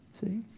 See